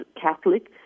Catholic